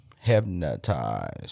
hypnotized